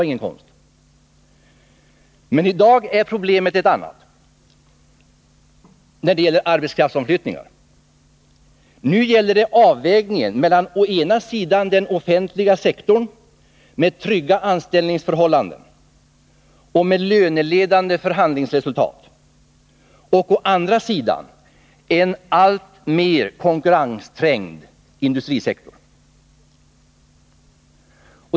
I dag är problemet med arbetskraftsomflyttningen ett helt annat. Nu gäller det avvägningen mellan å ena sidan den offentliga sektorn med trygga anställningsförhållanden och löneledande förhandlingsresultat och å andra sidan en alltmer konkurrensträngd industrisektor.